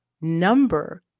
Number